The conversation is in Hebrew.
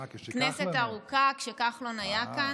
אה, כשכחלון היה.